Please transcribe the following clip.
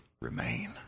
Remain